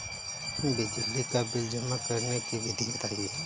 बिजली का बिल जमा करने की विधि बताइए?